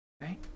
Right